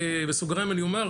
בסוגריים אני אומר,